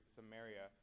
Samaria